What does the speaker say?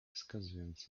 wskazując